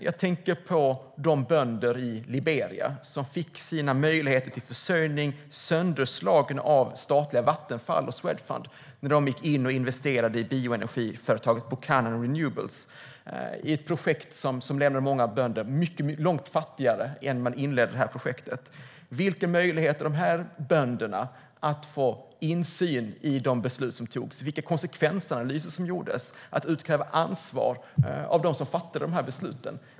Jag tänker på de bönder i Liberia som fick sina möjligheter till försörjning sönderslagna av statliga Vattenfall och Swedfund när de gick in och investerade i bioenergi i företaget Buchanan Renewables - ett projekt som lämnade många bönder långt fattigare än vad de var innan projektet inleddes. Vilken möjlighet har dessa bönder att få insyn i de beslut som togs och i de konsekvensanalyser som gjordes för att kunna utkräva ansvar av dem som fattade dessa beslut?